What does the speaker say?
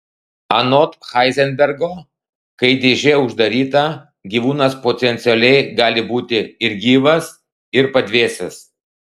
anot heizenbergo kai dėžė uždaryta gyvūnas potencialiai gali būti ir gyvas ir padvėsęs